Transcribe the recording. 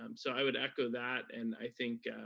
um so i would echo that, and i think,